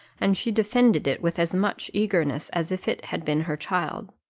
and she defended it with as much eagerness as if it had been her child.